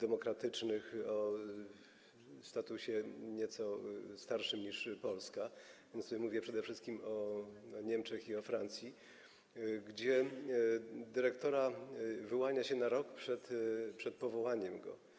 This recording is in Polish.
demokratycznych o statusie nieco starszym niż Polska - mówię przede wszystkim o Niemczech i o Francji - gdzie dyrektora wyłania się na rok przed powołaniem go.